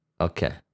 Okay